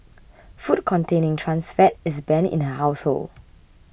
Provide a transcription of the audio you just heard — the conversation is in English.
food containing trans fat is banned in her household